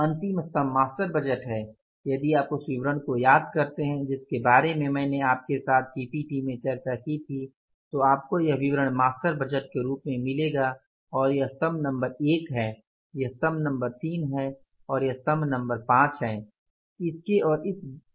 अंतिम स्तम्भ master budget है यदि आप उस विवरण को याद करते हैं जिसके बारे में मैंने आपके साथ PPT में चर्चा की थी तो आपको यह विवरण मास्टर बजट के रूप में मिलेगा और यह स्तम्भ नंबर एक है यह स्तम्भ नंबर तीन है और यह स्तम्भ नंबर पांच है